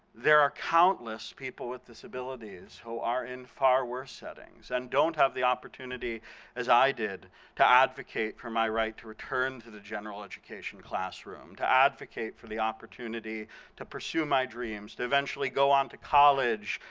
there are countless people with disabilities who are in far worse settings and don't have the opportunity as i did to advocate for my right to return to the general education classroom. to advocate for the opportunity to pursue my dreams, to eventually go on to college,